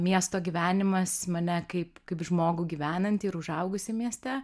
miesto gyvenimas mane kaip kaip žmogų gyvenantį ir užaugusį mieste